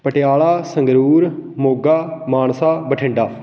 Patiala Sangrur Moga Mansa Bathinda